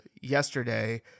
yesterday